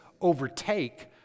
overtake